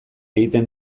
egiten